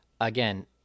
again